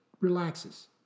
relaxes